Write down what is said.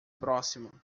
próximo